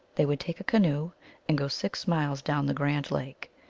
they would take a canoe and go six miles down the grand lake,